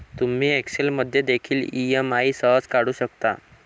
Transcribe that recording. तुम्ही एक्सेल मध्ये देखील ई.एम.आई सहज काढू शकता